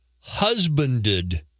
husbanded